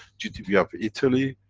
gdp of italy,